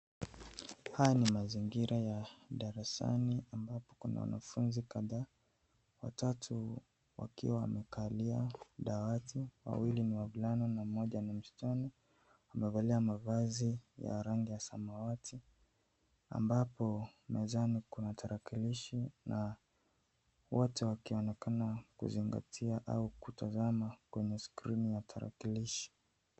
Haya ni mazingira ya darasani ambapo kuna wanafunzi kadhaa. Watatu wakiwa wamekalia dawati. Wawili ni wavulana na mmoja ni msichana. Wamevalia mavazi ya rangi ya samawati, ambapo mezani kuna tarakilishi na wote wakionekana kuzingatia au kutazama kwenye skrini ya tarakilishi.